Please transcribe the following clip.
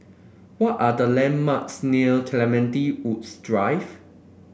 what are the landmarks near Clementi Woods Drive